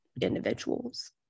individuals